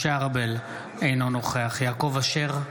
משה ארבל, אינו נוכח יעקב אשר,